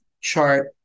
chart